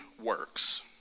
works